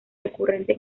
recurrente